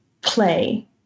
play